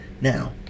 now